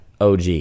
OG